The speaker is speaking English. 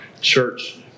church